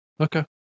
Okay